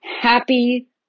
happy